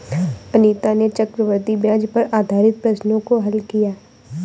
अनीता ने चक्रवृद्धि ब्याज पर आधारित प्रश्नों को हल किया